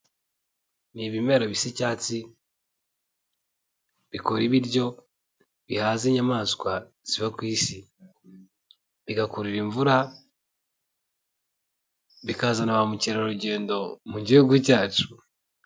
Ni ibimera bisa icyatsi, bikora ibiryo, bihaza inyamaswa ziba ku isi, bigakurura imvura, bikazana ba mukerarugendo mu gihugu cyacu.